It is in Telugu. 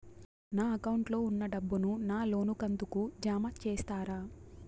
నా అకౌంట్ లో ఉన్న డబ్బును నా లోను కంతు కు జామ చేస్తారా?